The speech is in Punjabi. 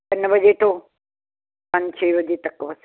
ਤਿੰਨ ਵਜੇ ਤੋਂ ਪੰਜ ਛੇ ਵਜੇ ਤੱਕ ਬਸ